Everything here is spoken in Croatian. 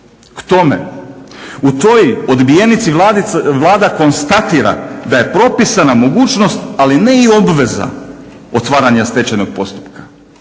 K tome u toj odbijenici Vlada konstatira da je propisana mogućnost, ali ne i obveza otvaranja stečajnog postupka.